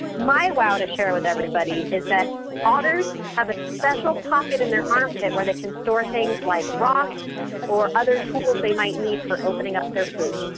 my wow to share with everybody is that otters have a special pocket in their armpit where they can store things like rocks or other tools they might need for opening up their food.